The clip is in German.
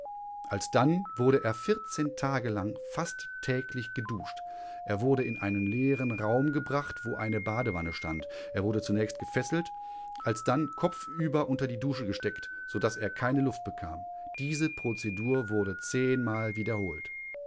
alsdann wurde er tage lang fast täglich geduscht er wurde in einen leeren raum gebracht wo eine badewanne stand er wurde zunächst gefesselt alsdann kopfüber unter die dusche gesteckt so daß er keine luft bekam diese prozedur wurde zehnmal wiederholt